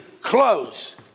close